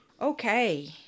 Okay